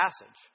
passage